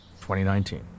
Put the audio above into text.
2019